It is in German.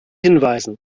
hinweisen